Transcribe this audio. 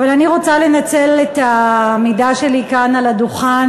אבל אני רוצה לנצל את העמידה שלי כאן על הדוכן